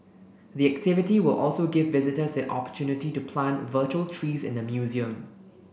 the activity will also give visitors the opportunity to plant virtual trees in the museum